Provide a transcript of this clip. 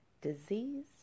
Disease